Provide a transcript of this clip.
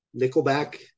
Nickelback